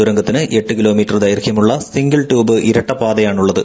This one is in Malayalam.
തുരങ്കത്തിന് എട്ട് കിലോ മീറ്റർ ദൈർഘ്യമൂള്ള സിംഗിൾ ട്യൂബ് ഇരട്ടപാതയാണുള്ളത്